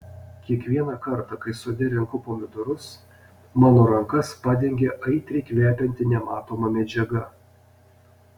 kiekvieną kartą kai sode renku pomidorus mano rankas padengia aitriai kvepianti nematoma medžiaga